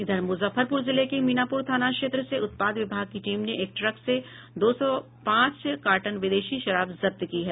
इधर मुजफ्फरपुर जिले के मीनापुर थाना क्षेत्र से उत्पाद विभाग की टीम ने एक ट्रक से दो सौ पांच कार्टन विदेशी शराब जब्त की है